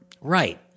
Right